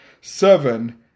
seven